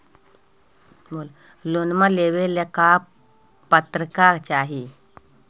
Loan लेवेला का पात्रता चाही?